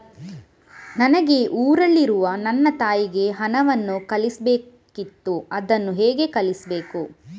ನನಗೆ ಊರಲ್ಲಿರುವ ನನ್ನ ತಾಯಿಗೆ ಹಣವನ್ನು ಕಳಿಸ್ಬೇಕಿತ್ತು, ಅದನ್ನು ಹೇಗೆ ಕಳಿಸ್ಬೇಕು?